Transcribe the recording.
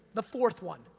the fourth one,